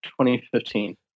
2015